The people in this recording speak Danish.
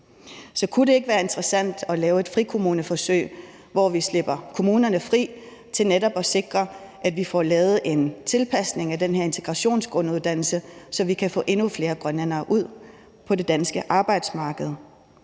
Så kunne det ikke være interessant at lave et frikommuneforsøg, hvor vi slipper kommunerne fri til netop at sikre, at vi får lavet en tilpasning af den her integrationsgrunduddannelse, så vi kan få endnu flere grønlændere ud på det danske arbejdsmarked?